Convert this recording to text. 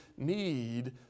need